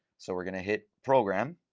so we're going to hit program.